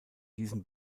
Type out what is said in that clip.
diesen